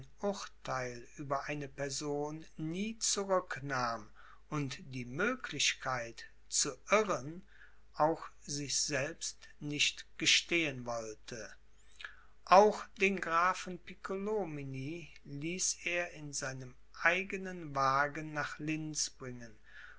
über eine person nie zurücknahm und die möglichkeit zu irren auch sich selbst nicht gestehen wollte auch den grafen piccolomini ließ er in seinem eigenen wagen nach linz bringen